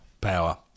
Power